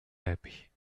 happy